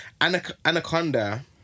Anaconda